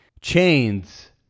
Chains